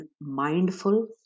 mindful